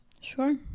Sure